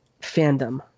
fandom